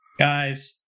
Guys